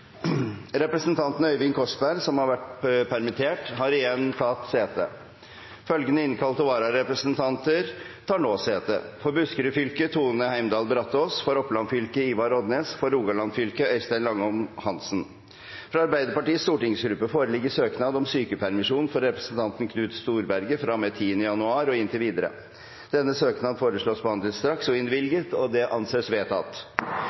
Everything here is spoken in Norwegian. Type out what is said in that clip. Representanten Øyvind Korsberg , som har vært permittert, har igjen tatt sete. Følgende innkalte vararepresentanter tar nå sete: For Buskerud fylke: Tone Heimdal Brataas For Oppland fylke: Ivar Odnes For Rogaland fylke: Øystein Langholm Hansen Fra Arbeiderpartiets stortingsgruppe foreligger søknad om sykepermisjon for representanten Knut Storberget fra og med 10. januar og inntil videre. Denne søknad foreslås behandlet straks